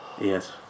Yes